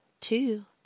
Two